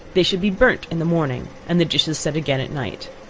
they should be burnt in the morning, and the dishes set again at night.